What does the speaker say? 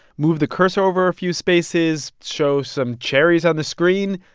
move the cursor over a few spaces, show some cherries on the screen,